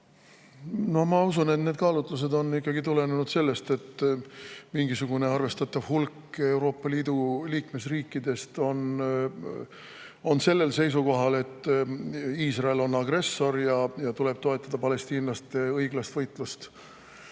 Ma usun, et need kaalutlused on tulenenud sellest, et mingisugune arvestatav hulk Euroopa Liidu liikmesriikidest on seisukohal, et Iisrael on agressor ja tuleb toetada palestiinlaste õiglast võitlust